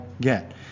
get